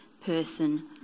person